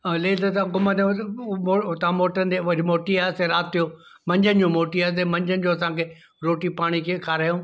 ऐं लेह लद्दाख घुमण उतां मोटिंदे वरी मोटी आयासीं राति जो मंझदि जो मोटी आयासीं मंझंदि जो असांखे रोटी पाणी कीअं खारायूं